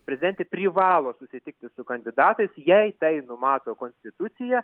prezidentė privalo susitikti su kandidatais jei tai numato konstitucija